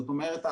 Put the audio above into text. זאת אומרת,